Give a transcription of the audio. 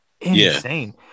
insane